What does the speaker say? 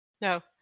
No